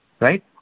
Right